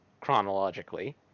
chronologically